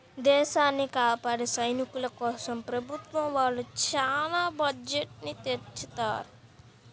దేశాన్ని కాపాడే సైనికుల కోసం ప్రభుత్వం వాళ్ళు చానా బడ్జెట్ ని తెచ్చిత్తారు